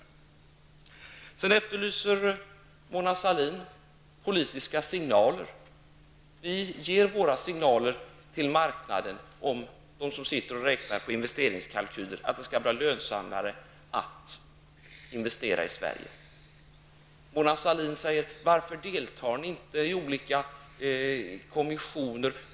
Mona Sahlin efterlyser också politiska signaler. Vi ger våra signaler till marknaden, dem som räknar på investeringskalkyler, om att det skall vara lönsammare att investera i Sverige. Mona Sahlin säger: Varför deltar ni inte i olika kommissioner?